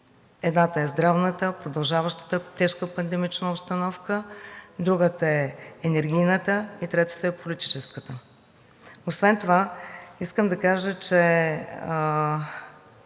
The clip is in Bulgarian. Едната е здравната продължаваща тежка пандемична обстановка, другата е енергийната и третата е политическата. Освен това искам да кажа, че